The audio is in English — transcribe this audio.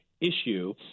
issue